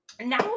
Now